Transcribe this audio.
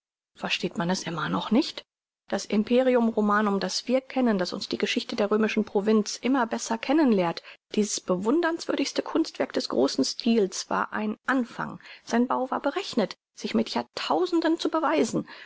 versteht man es immer noch nicht das imperium romanum das wir kennen das uns die geschichte der römischen provinz immer besser kennen lehrt dies bewunderungswürdigste kunstwerk des großen stils war ein anfang sein bau war berechnet sich mit jahrtausenden zu beweisen